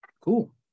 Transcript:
cool